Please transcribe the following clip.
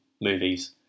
movies